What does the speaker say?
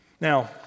Now